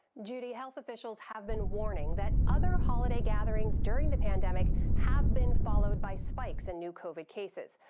judy, health officials have been warning that other holiday gatherings during the pandemic have been followed by spikes in new covid cases.